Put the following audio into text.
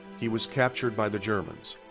he was captured by the germans,